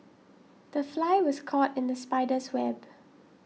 the fly was caught in the spider's web